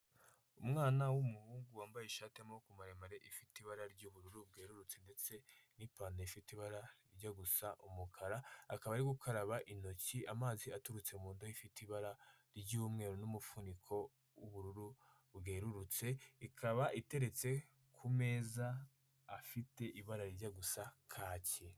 Umwana w'umuhungu wambaye ishati y'amaboko maremare ifite ibara ry'ubururu bwerurutse ndetse n'ipantaro ifite ibara rijya gusa umukara, akaba ari gukaraba intoki amazi aturutse mu ndobo ifite ibara ry'umweru n'umufuniko w'ubururu bwerurutse, ikaba iteretse ku meza afite ibara rijya gusa kaki.